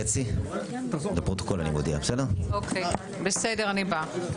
3. רותי אומרת ש-7 קיים באיחוד האירופי.